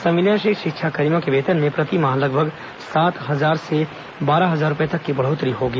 संविलियन से शिक्षाकर्मियों के वेतन में प्रतिमाह लगभग सात हजार से बारह हजार रूपये तक की बढ़ोत्तरी होगी